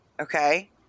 okay